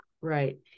right